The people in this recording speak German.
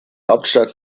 hauptstadt